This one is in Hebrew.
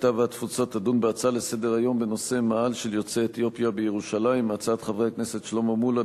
הקליטה והתפוצות תדון בהצעות לסדר-היום של חברי הכנסת שלמה מולה,